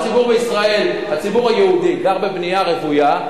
כמו שהציבור היהודי גר בבנייה רוויה,